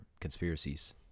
conspiracies